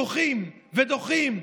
דוחים ודוחים,